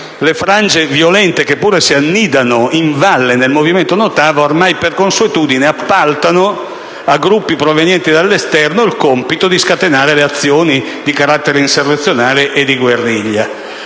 le frange violente che pure si annidano in valle nel movimento No TAV ormai per consuetudine appaltano a gruppi provenienti dall'esterno il compito di scatenare le azioni di carattere insurrezionale e di guerriglia.